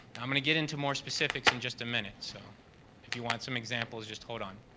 i'm going to get into more specifics in just a minute, so if you want some examples, just hold on.